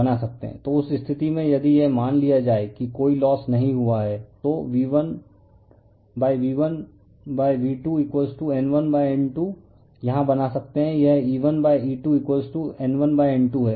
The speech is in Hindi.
तो उस स्थिति में यदि यह मान लिया जाए कि कोई लोस नहीं हुआ है तो V1V1V2N1N2 यहां बना सकते हैं यह E1E2N1N2 है